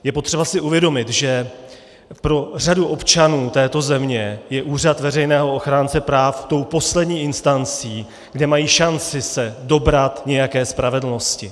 Je potřeba si uvědomit, že pro řadu občanů této země je úřad veřejného ochránce práv tou poslední instancí, kde mají šanci se dobrat nějaké spravedlnosti.